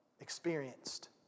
Experienced